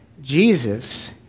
Jesus